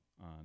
on